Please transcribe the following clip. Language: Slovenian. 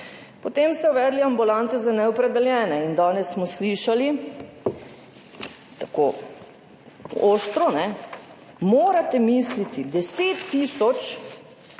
Potem ste uvedli ambulante za neopredeljene in danes smo slišali, tako ostro: morate misliti, 10 tisoč,